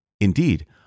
Indeed